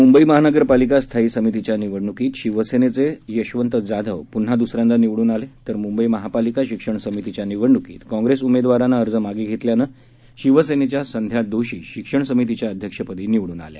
मुंबई महानगर पालिका स्थायी समितीच्या निवडणुकीत शिवसेनेचे यशवंत जाधव पुन्हा दुसऱ्यांदा निवडून आले तर मुंबई महापालिका शिक्षण समितीच्या निवडणुकीत काँप्रेस उमेदवाराने अर्ज मागे घेतल्याने शिवसेनेच्या संध्या दोशी शिक्षण समितीच्या अध्यक्षपदी निवडून आल्या